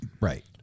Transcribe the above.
Right